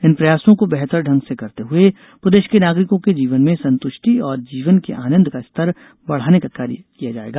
इन प्रयासों को बेहतर ढंग से करते हुए प्रदेश के नागरिकों के जीवन में संतुष्टि और जीवन के आनंद का स्तर बढ़ाने का कार्य किया जाएगा